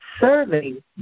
serving